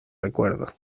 recuerdo